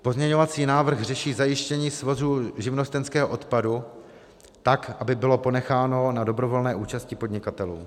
Pozměňovací návrh řeší zajištění svozu živnostenského odpadu tak, aby bylo ponecháno na dobrovolné účasti podnikatelů.